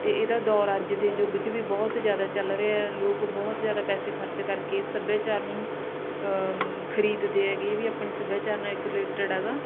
ਅਤੇ ਇਹਦਾ ਦੌਰ ਅੱਜ ਦੇ ਯੁੱਗ 'ਚ ਵੀ ਬਹੁਤ ਜ਼ਿਆਦਾ ਚੱਲ ਰਿਹਾ ਲੋਕ ਬਹੁਤ ਜ਼ਿਆਦਾ ਪੈਸੇ ਖਰਚ ਕਰਕੇ ਸੱਭਿਆਚਾਰ ਨੂੰ ਖਰੀਦਦੇ ਹੈਗੇ ਵੀ ਆਪਣੇ ਸੱਭਿਆਚਾਰ ਨਾਲ ਇੱਕ ਰਿਲੇਟਿਡ ਹੈਗਾ